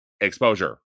exposure